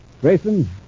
Grayson